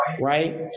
right